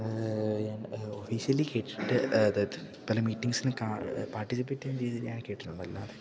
officially കേട്ടിട്ട് അതായത് പല മീറ്റിങ്സില് പാർട്ടിസിപ്പേറ്റ് ചെയ്യുന്ന രീതിയില് ഞാൻ കേട്ടിട്ടുണ്ട് അല്ലാതെ